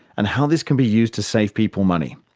and how this can be used to save people money.